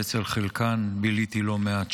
ואצל חלקן ביליתי לא מעט שעות.